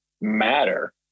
matter